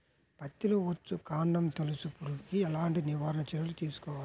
పత్తిలో వచ్చుకాండం తొలుచు పురుగుకి ఎలాంటి నివారణ చర్యలు తీసుకోవాలి?